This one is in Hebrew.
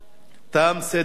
תם סדר-היום.